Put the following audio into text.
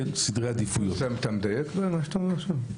סדרי עדיפויות --- אתה מדייק במה שאת אומר עכשיו?